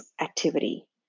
activity